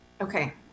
Okay